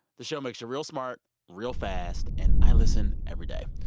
the show makes you real smart real fast, and i listen every day.